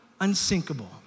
unsinkable